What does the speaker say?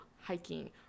hiking